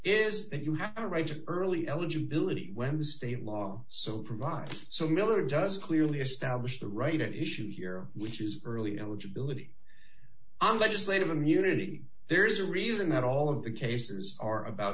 is that you have a right to early eligibility when the state law so provides so miller does clearly establish the right at issue here which is early eligibility legislative immunity there's a reason that all of the cases are about